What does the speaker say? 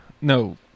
no